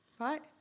right